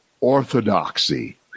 orthodoxy